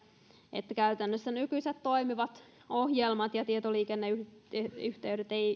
että käytännössä nykyiset toimivat ohjelmat ja tietoliikenneyhteydet